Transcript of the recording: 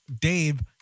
Dave